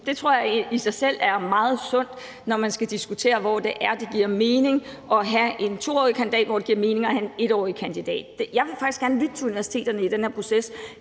Det tror jeg i sig selv er meget sundt, når man skal diskutere, hvor det er, det giver mening at have en 2-årig kandidatuddannelse, og hvor det giver mening at have en 1-årig kandidatuddannelse. Jeg vil faktisk gerne lytte til universiteterne i den her proces.